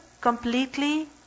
Completely